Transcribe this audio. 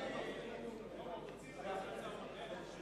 לאחר התייעצות עם היועצים המשפטיים וגם עם המזכירות,